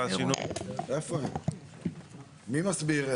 מי מסביר?